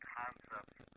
concepts